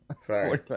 Sorry